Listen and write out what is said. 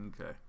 Okay